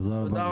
תודה רבה לכולם.